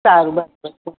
સારું બસ બસ